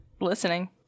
listening